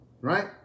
Right